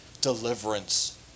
deliverance